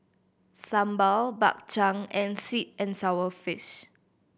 sambal Bak Chang and sweet and sour fish